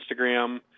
Instagram –